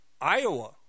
iowa